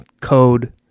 code